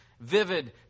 vivid